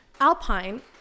Alpine